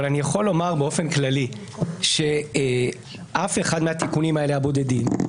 אבל אני יכול לומר באופן כללי שאף אחד מהתיקונים הבודדים האלה,